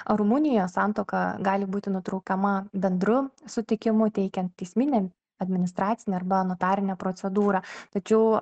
rumunijoje santuoka gali būti nutraukiama bendru sutikimu teikiant teisminę administracinę arba notarinę procedūrą tačiau